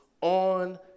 on